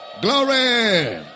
glory